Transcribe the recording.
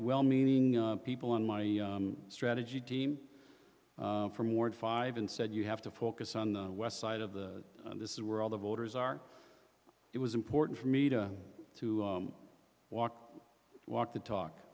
well meaning people in my strategy team from ward five and said you have to focus on the west side of the this is where all the voters are it was important for me to to walk walk the talk